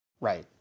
Right